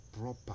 proper